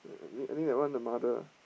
I I think I think that one the mother ah